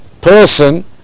person